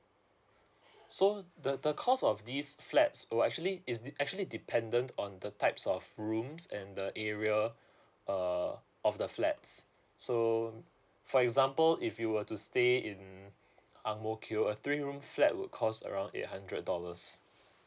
so the the cost of these flats will actually is de~ actually dependent on the types of rooms and the area uh of the flats so for example if you were to stay in ang mo kio a three room flat would cost around eight hundred dollars